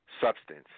substance